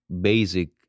basic